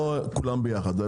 לא כולם יחד.